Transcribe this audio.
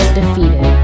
defeated